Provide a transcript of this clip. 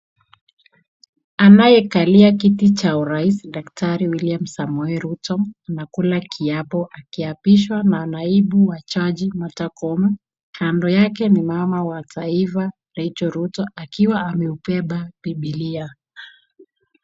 Anayekalia kiti cha urais, Daktari William Samuel Ruto, anakula kiapo akiapishwa na naibu wa jaji Martha Koome. Kando yake ni mama wa taifa Rachel Ruto akiwa ameubeba bibilia.